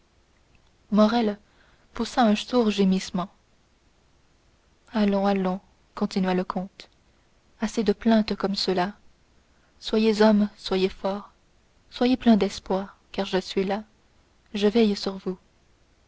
morrel poussa un sourd gémissement allons allons continua le comte assez de plaintes comme cela soyez homme soyez fort soyez plein d'espoir car je suis là car je veille sur vous